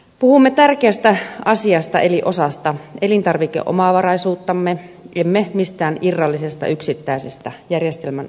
puhumme tärkeästä asiasta eli osasta elintarvikeomavaraisuuttamme emme mistään irrallisesta yksittäisestä järjestelmän osasta